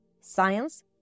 science